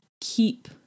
keep